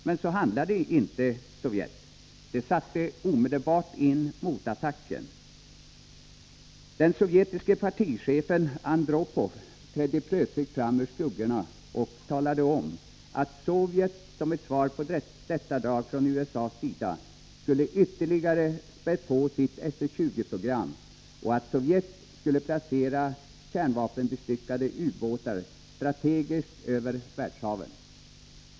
Men så handlade nu inte Sovjet, utan satte omedelbart in motattacken. Den sovjetiske partichefen Andropov trädde plötsligt fram ur skuggorna och omtalade att Sovjet, som ett svar på detta drag från USA:s sida, skulle ytterligare spä på sitt SS-20-program och att Sovjet skulle placera kärnvapenbestyckade ubåtar strategiskt över världshaven.